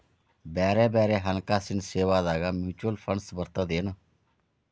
ಬ್ಯಾರೆ ಬ್ಯಾರೆ ಹಣ್ಕಾಸಿನ್ ಸೇವಾದಾಗ ಮ್ಯುಚುವಲ್ ಫಂಡ್ಸ್ ಬರ್ತದೇನು?